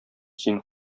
син